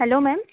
hello ma'am